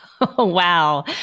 Wow